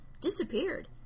disappeared